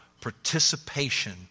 participation